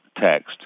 text